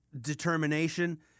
determination